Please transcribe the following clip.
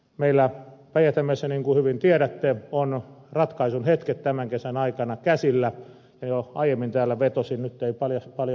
meillä päijät hämeessä niin kuin hyvin tiedätte on ratkaisun hetket tämän kesän aikana käsillä ja jo aiemmin täällä vetosin päättäjiin